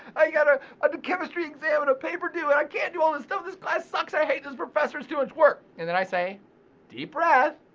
i got ah ah a chemistry exam and a paper due, and i can't do all this stuff, this class sucks, i hate this professor, it's too much work. and then i say deep breath.